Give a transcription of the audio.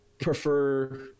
prefer